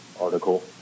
article